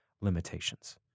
limitations